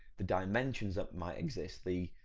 the dimensions that might exist. the,